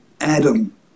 Adam